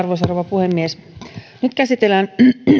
puhemies nyt käsitellään